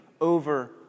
over